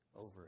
over